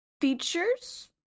features